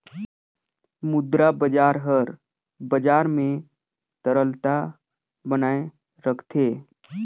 मुद्रा बजार हर बजार में तरलता बनाए राखथे